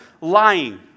lying